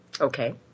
Okay